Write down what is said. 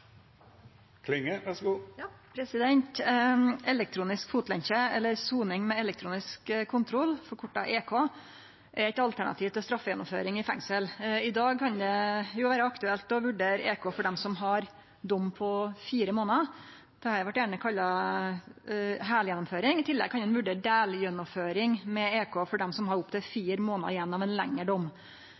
eit alternativ til straffegjennomføring i fengsel. I dag kan det vere aktuelt å vurdere EK for dei som har ein dom på fire månader. Dette blir gjerne kalla heilgjennomføring. I tillegg kan ein vurdere delgjennomføring med EK for dei som har opp til fire månader igjen av ein lengre dom.